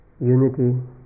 unity